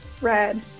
Red